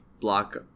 block